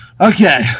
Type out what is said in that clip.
Okay